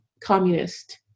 communist